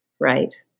right